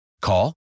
Call